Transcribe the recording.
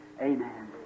Amen